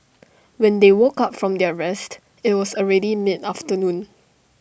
when they woke up from their rest IT was already mid afternoon